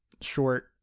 short